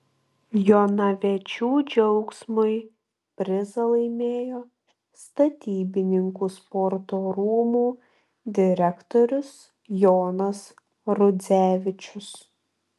jonaviečių džiaugsmui prizą laimėjo statybininkų sporto rūmų direktorius jonas rudzevičius